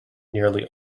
nearly